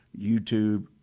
YouTube